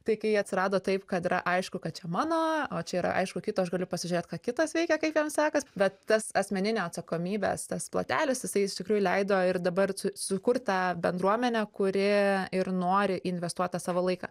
tai kai atsirado taip kad yra aišku kad čia mano o čia yra aišku kito aš galiu pasižiūrėt ką kitas veikia kaip jam sekas bet tas asmeninio atsakomybės tas plotelis jisai iš tikrųjų leido ir dabar sukurt tą bendruomenę kuri ir nori investuot tą savo laiką